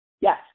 Yes